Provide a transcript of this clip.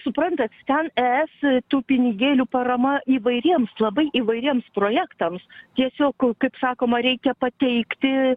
suprantat ten es tų pinigėlių parama įvairiems labai įvairiems projektams tiesiog kaip sakoma reikia pateikti